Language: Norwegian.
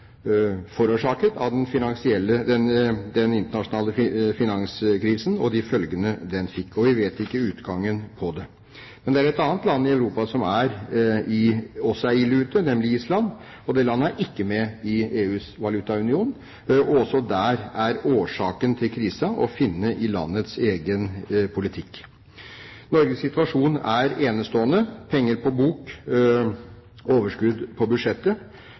forårsaket av den internasjonale finanskrisen og de følgene den fikk, og vi vet ikke utgangen på det. Men det er et annet land i Europa som også er ille ute, nemlig Island, og det landet er ikke med i EUs valutaunion. Også der er årsaken til krisen å finne i landets egen politikk. Norges situasjon er enestående: penger på bok og overskudd på budsjettet.